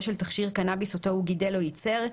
של תכשיר קנאביס אותו הוא גידל או ייצר,